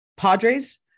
Padres